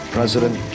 President